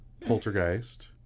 Poltergeist